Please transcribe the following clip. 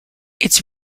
its